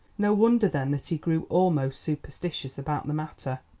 no wonder then that he grew almost superstitious about the matter.